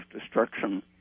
destruction